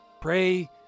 Pray